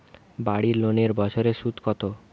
বাড়ি লোনের বছরে সুদ কত?